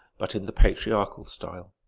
but in the patriarchal style.